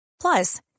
Plus